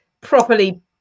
properly